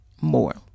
more